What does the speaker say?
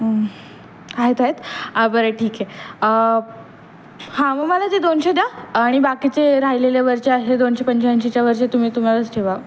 आहेत आहेत बरं ठीक आहे हां मग मला ते दोनशे द्या आणि बाकीचे राहिलेले वरचे आहे दोनशे पंच्याऐंशीच्या वरचे तुम्ही तुम्हालाच ठेवा